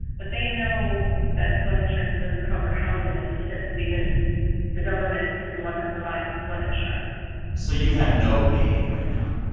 but they know that flood insurance doesn't cover housing assistance because the government is the one that provides the flood insurance so you have no aid right now?